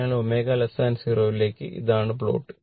അതിനാൽ ω 0 ക്ക് ഇതാണ് പ്ലോട്ട്